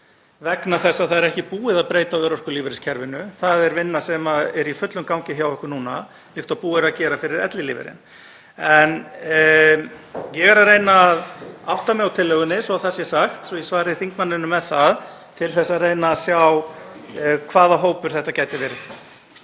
vegna þess að það er ekki búið að breyta örorkulífeyriskerfinu. Það er vinna sem er í fullum gangi hjá okkur núna líkt og búið er að gera fyrir ellilífeyrinn. Ég er að reyna að átta mig á tillögunni, svo það sé sagt, svo ég svari þingmanninum til að reyna að sjá hvaða hópur þetta gæti verið.